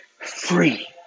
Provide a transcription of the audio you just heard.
free